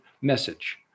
message